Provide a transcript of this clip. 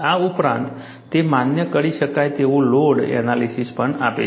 આ ઉપરાંત તે માન્ય કરી શકાય તેવુ લોડ એનાલિસીસ પણ આપે છે